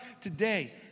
today